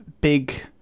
big